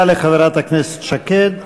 תודה לחברת הכנסת שקד.